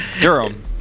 durham